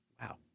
Wow